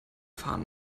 fahren